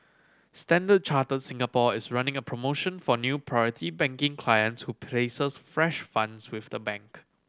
Standard Chartered Singapore is running a promotion for new Priority Banking clients who places fresh funds with the bank